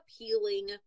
appealing